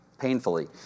painfully